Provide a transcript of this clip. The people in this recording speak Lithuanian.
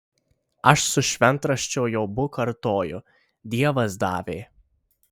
aš su šventraščio jobu kartoju dievas davė